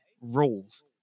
rules